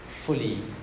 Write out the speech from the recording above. fully